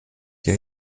die